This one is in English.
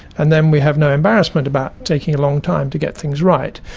and then we have no embarrassment about taking a long time to get things right.